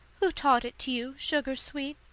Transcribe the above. who taught it to you, sugar-sweet?